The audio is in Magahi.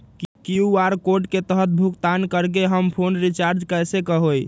कियु.आर कोड के तहद भुगतान करके हम फोन रिचार्ज कैसे होई?